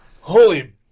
Holy